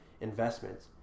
investments